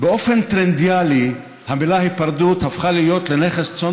באופן טרנדיאלי המילה "היפרדות" הפכה להיות לנכס צאן